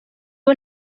ubu